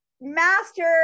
Master